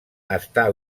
està